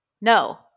no